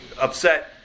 upset